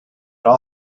all